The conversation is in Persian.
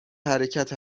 حرکت